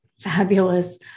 fabulous